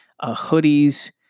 hoodies